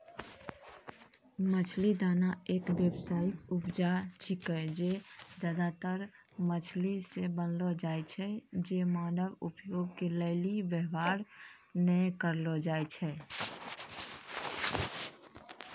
मछली दाना एक व्यावसायिक उपजा छिकै जे ज्यादातर मछली से बनलो छै जे मानव उपभोग के लेली वेवहार नै करलो जाय छै